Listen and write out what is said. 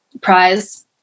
prize